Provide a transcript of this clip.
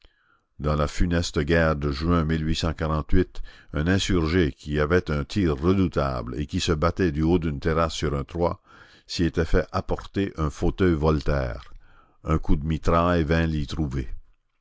dans la funeste guerre de juin un insurgé qui avait un tir redoutable et qui se battait du haut d'une terrasse sur un toit s'y était fait apporter un fauteuil voltaire un coup de mitraille vint